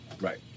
Right